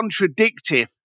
contradictive